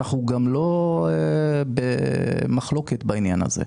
ואנחנו לא במחלוקת בעניין הזה.